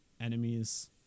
enemies